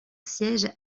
siège